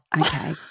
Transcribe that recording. Okay